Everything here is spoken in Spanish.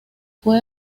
fue